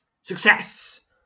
success